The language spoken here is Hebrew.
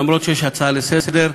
למרות שיש הצעה לסדר-היום.